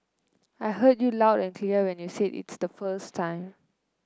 I heard you loud and clear when you said it the first time